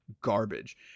garbage